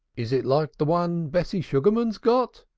is it like the one bessie sugarman's got?